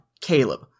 Caleb